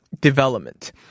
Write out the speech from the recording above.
Development